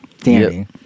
Danny